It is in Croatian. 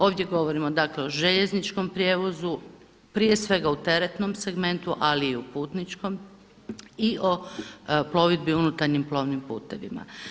Ovdje govorimo, dakle o željezničkom prijevozu, prije svega o teretnom segmentu, ali i o putničkom i o plovidbi unutarnjim plovnim putevima.